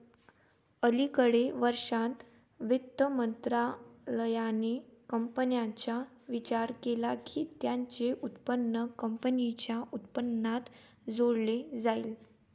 अलिकडे वर्षांत, वित्त मंत्रालयाने कंपन्यांचा विचार केला की त्यांचे उत्पन्न कंपनीच्या उत्पन्नात जोडले जाईल